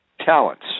talents